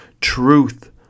truth